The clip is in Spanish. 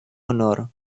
honor